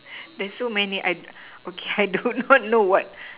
there's so many I I do not know what